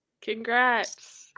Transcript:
congrats